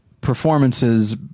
performances